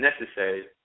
necessary